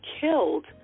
killed